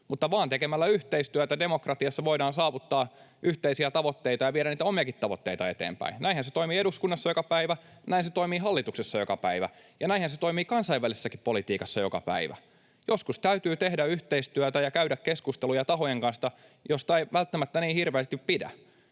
mutta vain tekemällä yhteistyötä demokratiassa voidaan saavuttaa yhteisiä tavoitteita ja viedä niitä omiakin tavoitteita eteenpäin. Näinhän se toimii eduskunnassa joka päivä, näin se toimii hallituksessa joka päivä, ja näinhän se toimii kansainvälisessäkin politiikassa joka päivä. Joskus täytyy tehdä yhteistyötä ja käydä keskusteluja tahojen kanssa, joista ei välttämättä niin hirveästi pidä.